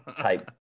type